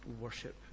worship